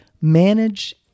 manage